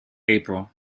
april